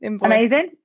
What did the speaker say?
Amazing